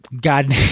god